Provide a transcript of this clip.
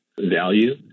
value